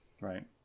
Right